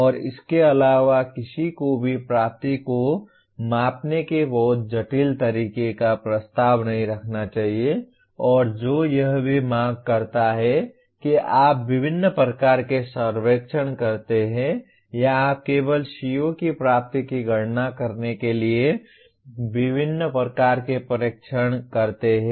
और इसके अलावा किसी को भी प्राप्ति को मापने के बहुत जटिल तरीके का प्रस्ताव नहीं रखना चाहिए और जो यह भी मांग करता है कि आप विभिन्न प्रकार के सर्वेक्षण करते हैं या आप केवल CO की प्राप्ति की गणना करने के लिए विभिन्न प्रकार के परीक्षण करते हैं